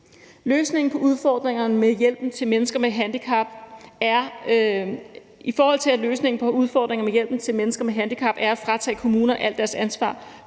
løsningen på udfordringerne med hjælpen til mennesker med handicap er at fratage kommunerne alt deres ansvar